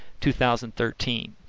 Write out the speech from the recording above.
2013